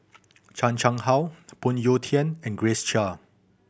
Chan Chang How Phoon Yew Tien and Grace Chia